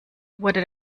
wurde